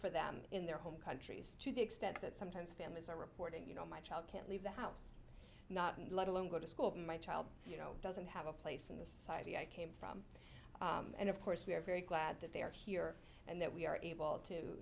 for them in their home countries to the extent that sometimes families are reporting you know my child can't leave the house not an let alone go to school my child you know doesn't have a place in the society i came from and of course we're very glad that they are here and that we are able to